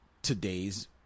Today's